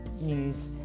news